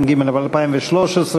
התשע"ג 2013,